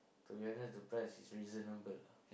to be honest the price is reasonable ah